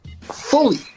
fully